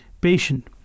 patient